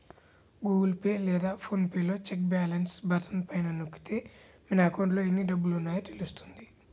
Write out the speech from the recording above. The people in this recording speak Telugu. గూగుల్ పే లేదా ఫోన్ పే లో చెక్ బ్యాలెన్స్ బటన్ పైన నొక్కితే మన అకౌంట్లో ఎన్ని డబ్బులున్నాయో తెలుస్తుంది